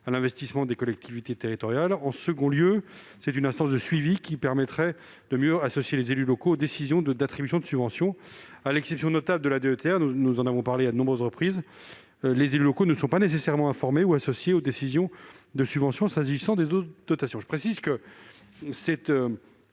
à l'investissement des collectivités territoriales de l'État et, d'autre part, de mieux associer les élus locaux aux décisions d'attribution de subventions. À l'exception notable de la DETR, nous en avons parlé à de nombreuses reprises, les élus locaux ne sont pas nécessairement informés ou associés aux décisions d'octroi des subventions. Je précise que cette